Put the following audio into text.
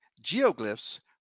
geoglyphs